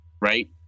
Right